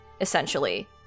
essentially